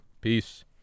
Peace